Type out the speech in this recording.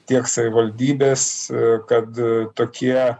tiek savivaldybės kad tokie